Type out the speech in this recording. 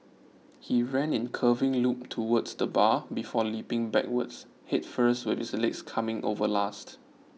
he ran in curving loop towards the bar before leaping backwards head first with his legs coming over last